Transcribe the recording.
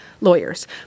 lawyers